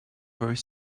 were